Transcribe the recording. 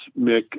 mick